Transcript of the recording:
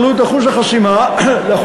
העלו את אחוז החסימה ל-1.5%,